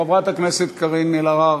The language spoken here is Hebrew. לא נלחץ לחברת הכנסת קארין אלהרר.